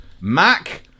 Mac